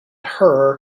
her